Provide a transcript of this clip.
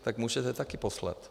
Tak můžete taky poslat.